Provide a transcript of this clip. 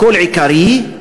הכול עיקרי,